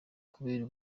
kubera